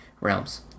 realms